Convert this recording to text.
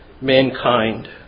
mankind